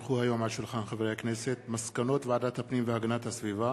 כי הונחו היום על שולחן הכנסת מסקנות ועדת הפנים והגנת הסביבה